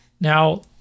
Now